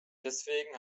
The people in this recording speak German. deswegen